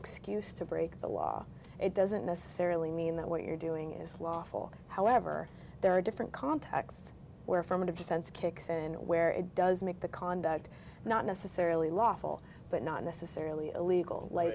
excuse to break the law it doesn't necessarily mean that what you're doing is lawful however there are different contexts where from a defense kicks and where it does make the conduct not necessarily lawful but not necessarily illegal